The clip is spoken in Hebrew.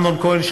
אמנון כהן,